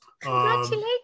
Congratulations